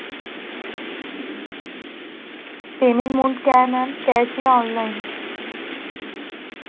payment mode کیا ہے ma'am cash یا آنلائن